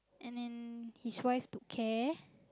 and then his wife took care